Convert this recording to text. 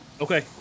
Okay